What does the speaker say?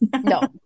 No